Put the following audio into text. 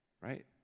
Right